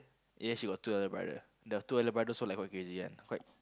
ya she got two elder brother the two elder brother sort like quite crazy one quite